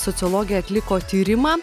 sociologė atliko tyrimą